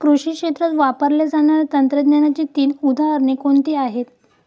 कृषी क्षेत्रात वापरल्या जाणाऱ्या तंत्रज्ञानाची तीन उदाहरणे कोणती आहेत?